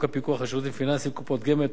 הפיקוח על שירותים פיננסיים (קופות גמל),